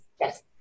Yes